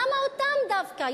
למה אותם דווקא?